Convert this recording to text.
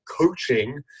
coaching